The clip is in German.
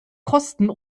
kosten